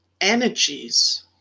energies